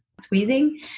squeezing